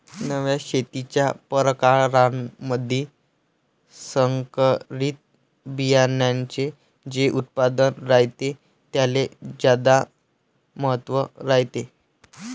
नव्या शेतीच्या परकारामंधी संकरित बियान्याचे जे उत्पादन रायते त्याले ज्यादा महत्त्व रायते